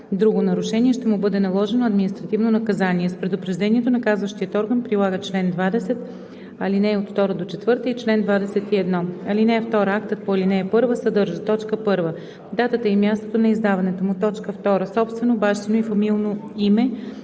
друго нарушение ще му бъде наложено административно наказание. С предупреждението наказващият орган прилага чл. 20, ал. 2 – 4 и чл. 21. (2) Актът по ал. 1 съдържа: 1. датата и мястото на издаването му; 2. собственото, бащиното и фамилното име